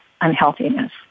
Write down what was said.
unhealthiness